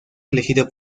elegido